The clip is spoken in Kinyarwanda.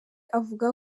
avuga